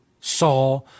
saw